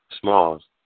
Smalls